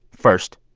first,